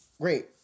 Great